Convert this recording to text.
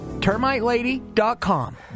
TermiteLady.com